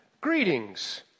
greetings